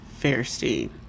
Fairstein